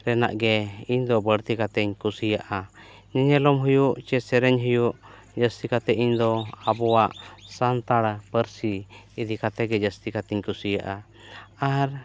ᱨᱮᱱᱟᱜ ᱜᱮ ᱤᱧ ᱫᱚ ᱵᱟᱹᱲᱛᱤ ᱠᱟᱛᱮ ᱤᱧ ᱠᱩᱥᱤᱭᱟᱜᱼᱟ ᱧᱮᱧᱮᱞᱚᱢ ᱦᱩᱭᱩᱜ ᱥᱮ ᱥᱮᱨᱮᱧ ᱦᱩᱭᱩᱜ ᱡᱟᱹᱥᱛᱤ ᱠᱟᱛᱮ ᱤᱧ ᱫᱚ ᱟᱵᱚᱣᱟᱜ ᱥᱟᱱᱛᱟᱲᱟᱜ ᱯᱟᱹᱨᱥᱤ ᱤᱫᱤ ᱠᱟᱛᱮ ᱜᱮ ᱡᱟᱹᱥᱛᱤ ᱠᱟᱛᱮ ᱤᱧ ᱠᱩᱥᱤᱭᱟᱜᱼᱟ ᱟᱨ